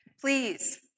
Please